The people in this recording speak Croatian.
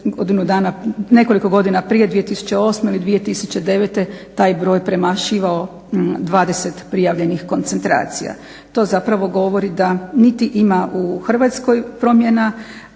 nekoliko godina prije 2008. I 2009. taj broj premašivao 20 prijavljenih koncentracija. To zapravo govori da niti ima u Hrvatskoj promjena